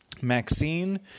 Maxine